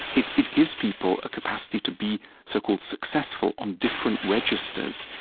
it it gives people a capacity to be so-called successful on different registers,